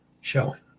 showing